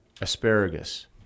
asparagus